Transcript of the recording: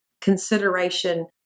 consideration